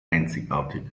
einzigartig